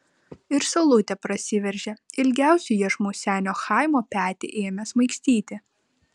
ir saulutė prasiveržė ilgiausiu iešmu senio chaimo petį ėmė smaigstyti